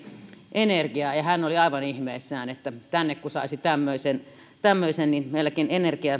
energiaa ja hän oli aivan ihmeissään tännekin kun saisi tämmöisen tämmöisen niin meilläkin